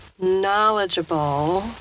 knowledgeable